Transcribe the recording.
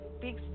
big